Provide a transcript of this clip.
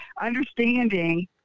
understanding